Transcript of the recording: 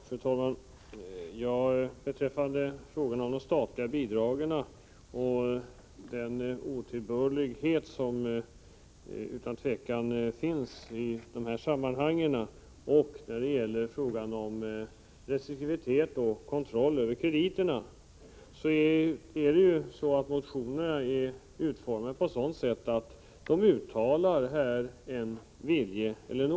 Fru talman! Beträffande frågan om det otillbörliga utnyttjande av möjligheterna att erhålla statliga bidrag som utan tvivel förekommer i dessa sammanhang och behovet av en skärpt kontroll i samband med kreditgivning vill jag säga att det i motionerna anges en viljeinriktning när det gäller förslag till åtgärder.